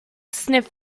sniff